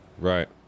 Right